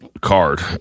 card